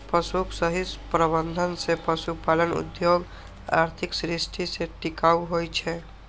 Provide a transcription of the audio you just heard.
पशुक सही प्रबंधन सं पशुपालन उद्योग आर्थिक दृष्टि सं टिकाऊ होइ छै